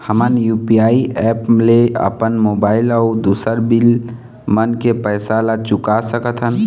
हमन UPI app ले अपन मोबाइल अऊ दूसर बिल मन के पैसा ला चुका सकथन